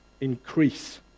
increase